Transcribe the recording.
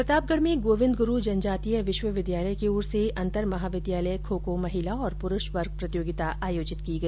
प्रतापगढ़ में गोविन्द गुरु जनजातीय विश्वविद्यालय की ओर से अन्तर महाविद्यालय खो खो महिला और प्रुष वर्ग प्रतियोगिता का आयोजन किया गया